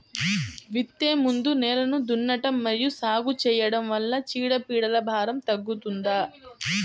విత్తే ముందు నేలను దున్నడం మరియు సాగు చేయడం వల్ల చీడపీడల భారం తగ్గుతుందా?